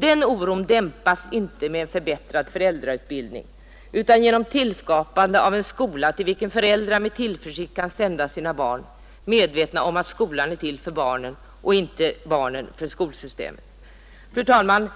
Denna oro dämpas inte med en förbättrad föräldrautbildning utan genom tillskapande av en skola, till vilken föräldrar med tillförsikt kan sända sina barn, medvetna om att skolan är till för barnen, inte barnen för skolsystemet. Fru talman!